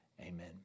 Amen